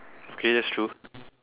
K that's true